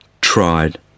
tried